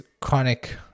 chronic